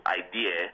idea